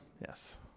Yes